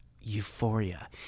euphoria